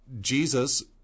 Jesus